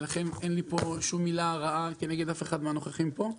ואין לי שום מילה רעה כנגד אף אחד מהנוכחים פה.